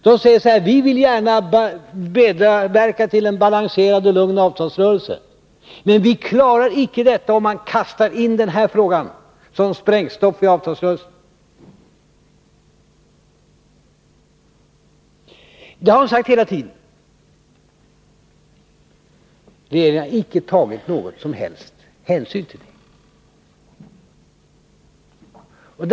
De säger: Vi vill gärna medverka till en balanserad och lugn avtalsrörelse, men vi klarar icke detta om man kastar in den här frågan som sprängstoff i avtalsrörelsen. Det har de sagt hela tiden, men regeringen har icke tagit någon som helst hänsyn till det.